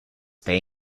they